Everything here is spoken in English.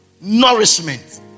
nourishment